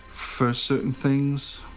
for certain things.